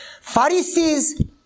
Pharisees